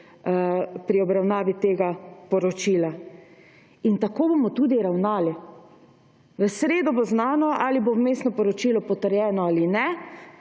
pri obravnavi tega poročila. In tako bomo tudi ravnali. V sredo bo znano, ali bo vmesno poročilo potrjeno ali ne.